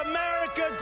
America